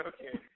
Okay